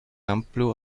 amplio